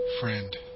friend